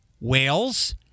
Whales